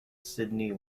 sydney